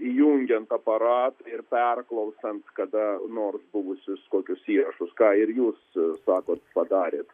įjungiant aparatą ir perklausant kada nors buvusius kokius įrašus ką ir jūs sakot padarėt